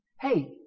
Hey